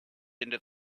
into